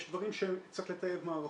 יש דברים שצריך לטייב מערכות,